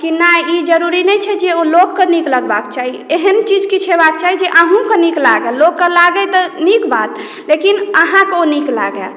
कि नहि ई जरूरी नहि छै जे ओ लोककेँ नीक लगबाक चाही एहन चीज किछु होयबाक चाही जे अहूँकेँ नीक लागय लोककेँ नीक लगै तऽ नीक बात लेकिन अहाँकेँ नीक लागय